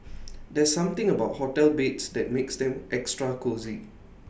there's something about hotel beds that makes them extra cosy